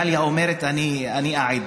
דליה אומרת: אני אעיד.